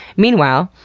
meanwhile,